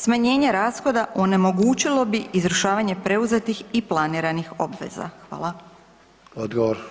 Smanjenje rashoda onemogućilo bi izvršavanje preuzetih i planiranih obveza.